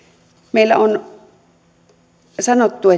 meillä on sanottu